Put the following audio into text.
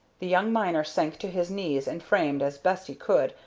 the young miner sank to his knees and framed, as best he could,